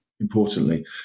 importantly